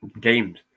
games